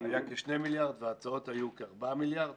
היה כ-2 מיליארד וההצעות היו כ-4 מיליארד,